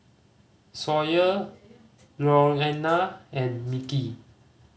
Sawyer Louanna and Mickie